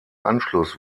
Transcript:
anschluss